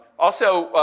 also,